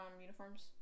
uniforms